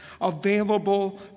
available